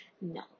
no